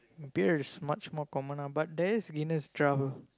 beer is much more common ah but there is Guinness draft